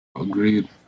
Agreed